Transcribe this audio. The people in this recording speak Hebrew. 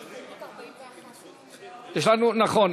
נכון?